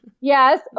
Yes